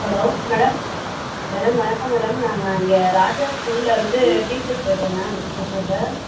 hello madam madam வணக்கம் madam நாங்கள் இங்கே ராஜா ஸ்கூலில் இருந்து டீச்சர் பேசுகிறேன் மேம் பேசுகிறேன் சார்